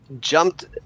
jumped